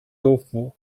州府